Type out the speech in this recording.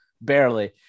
barely